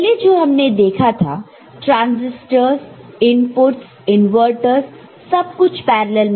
पहले जो हमने देखा था ट्रांसिस्टरस इनपुटस इनवर्टरस सब कुछ पैरॅलल् में था